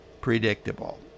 predictable